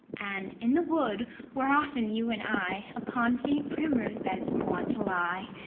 and in the wood where often you and i upon faint primrose beds were wont to lie,